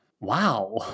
wow